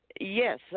Yes